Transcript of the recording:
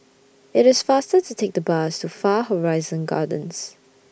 IT IS faster to Take The Bus to Far Horizon Gardens